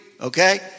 okay